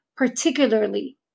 particularly